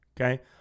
Okay